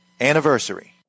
anniversary